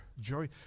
joy